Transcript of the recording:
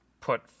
put